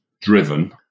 driven